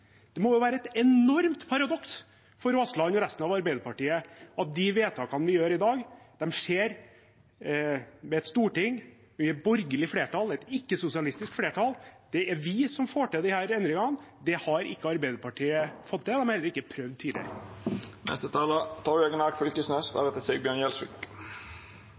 Det må jo være et enormt paradoks for Aasland og resten av Arbeiderpartiet at de vedtakene vi gjør i dag, skjer i et storting med et borgerlig flertall, et ikke-sosialistisk flertall. Det er vi som får til disse endringene. Det har ikke Arbeiderpartiet fått til, og de har heller ikke prøvd